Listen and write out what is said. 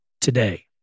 today